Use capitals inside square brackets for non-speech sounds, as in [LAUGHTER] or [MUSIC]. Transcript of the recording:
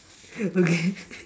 okay [LAUGHS]